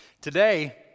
Today